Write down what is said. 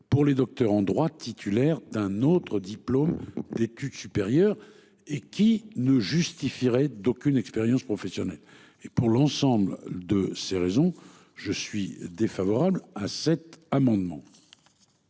pour les docteurs en droit. Titulaire d'un autre diplôme d'études supérieures et qui ne justifierait d'aucune expérience professionnelle et pour l'ensemble de ces raisons je suis défavorable à cet amendement.